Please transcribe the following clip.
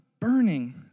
burning